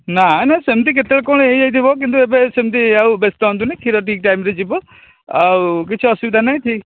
ନାଇଁ ନାଇଁ ସେମତି କେତେବେଳେ କ'ଣ ହୋଇଯାଇଥିବ କିନ୍ତୁ ଏବେ ସେମତି ଆଉ ବ୍ୟସ୍ତ ହୁଅନ୍ତୁନି କ୍ଷୀର ଠିକ୍ ଟାଇମ୍ରେ ଯିବ ଆଉ କିଛି ଅସୁବିଧା ନାହିଁ ଠିକ୍